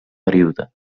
període